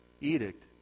edict